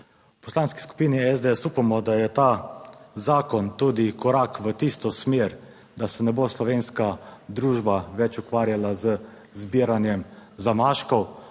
Poslanski skupini SDS upamo, da je ta zakon tudi korak v tisto smer, da se ne bo slovenska družba več ukvarjala z zbiranjem zamaškov,